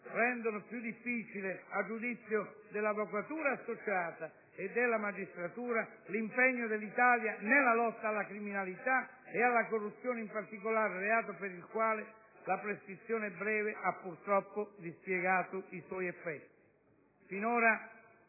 rendono più difficile, a giudizio dell'avvocatura associata e della magistratura, l'impegno dell'Italia nella lotta alla criminalità, e alla corruzione in particolare, reato per il quale la prescrizione breve ha purtroppo dispiegato i suoi effetti.